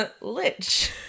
Lich